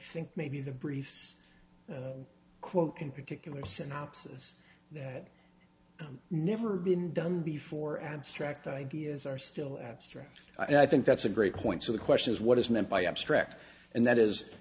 think maybe the briefs quote in particular synopsis that had never been done before abstract ideas are still abstract and i think that's a great point so the question is what is meant by abstract and that is